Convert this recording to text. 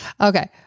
Okay